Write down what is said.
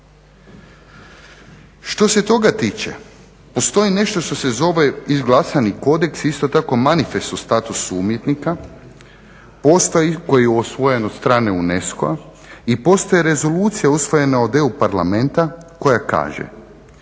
Što se toga tiče, postoji nešto što se zove izglasan kodeks, isto tako manifest u statusu umjetnika koji je usvojen od strane UNESCO-a i postoje rezolucije usvojene od EU parlamenta koja kaže